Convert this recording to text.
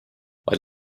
vaid